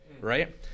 right